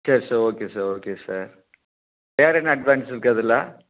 சரி sir okay sir okay sir வேறு என்ன அட்வான்ஸ் இருக்குது அதில்